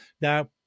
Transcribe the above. now